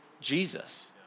Jesus